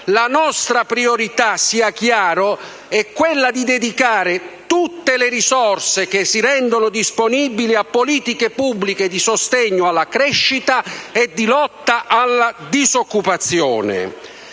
la nostra priorità, sia chiaro, è quella di dedicare tutte le risorse che si rendono disponibili a politiche pubbliche di sostegno alla crescita e di lotta alla disoccupazione.